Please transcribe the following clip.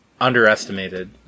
underestimated